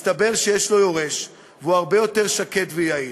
מסתבר שיש לו יורש והוא הרבה יותר שקט ויעיל.